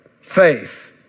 faith